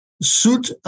suit